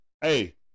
Hey